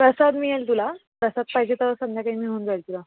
प्रसाद मिळेल तुला प्रसाद पाहिजे तर संध्याकाळी मिळून जाईल तुला